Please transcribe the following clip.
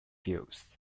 fields